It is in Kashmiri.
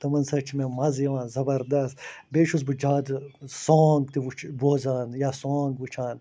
تِمَن سۭتۍ چھِ مےٚ مَزٕ یِوان زَبردس بیٚیہِ چھُس بہٕ زیادٕ سانٛگ تہِ وٕچھ بوزان یا سانٛگ وٕچھان